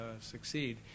succeed